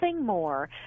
more